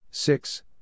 Six